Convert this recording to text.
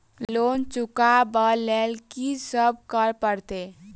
Loan चुका ब लैल की सब करऽ पड़तै?